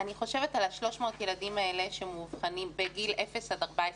אני חושבת על ה-300 ילדים האלה שמאובחנים בגיל אפס עד 14,